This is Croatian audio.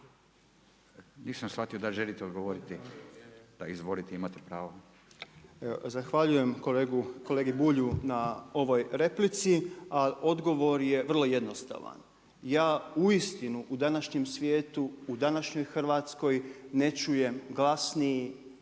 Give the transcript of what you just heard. imate pravo. **Vučetić, Marko (Nezavisni)** Zahvaljujem kolegi Bulju na ovoj replici, ali odgovor je vrlo jednostavan. Ja uistinu u današnjem svijetu u današnjoj Hrvatskoj ne čujem glasniji